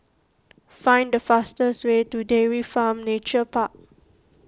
find the fastest way to Dairy Farm Nature Park